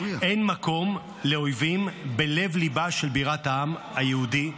אין מקום לאויבים בלב-ליבה של בירת העם היהודי,